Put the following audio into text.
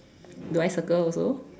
do I circle also